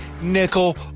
nickel